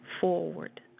forward